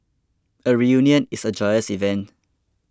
a reunion is a joyous event